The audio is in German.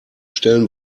stellen